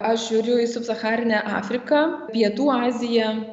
aš žiūriu į subsacharinę afriką pietų aziją